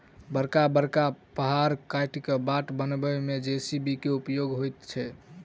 बड़का बड़का पहाड़ काटि क बाट बनयबा मे जे.सी.बी के उपयोग होइत छै